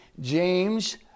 james